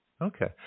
Okay